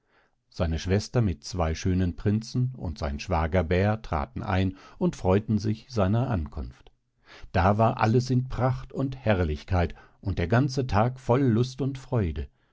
seine schwester mit zwei schönen prinzen und sein schwager bär traten ein und freuten sich seiner ankunft da war alles in pracht und herrlichkeit und der ganze tag voll lust und freude